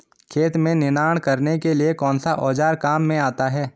खेत में निनाण करने के लिए कौनसा औज़ार काम में आता है?